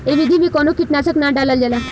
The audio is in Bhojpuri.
ए विधि में कवनो कीट नाशक ना डालल जाला